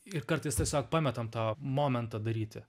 ir kartais tiesiog pametam tą momentą daryti